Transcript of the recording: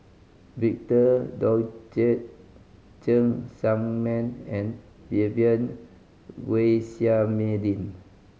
Victor Doggett Cheng Tsang Man and Vivien Quahe Seah Mei Lin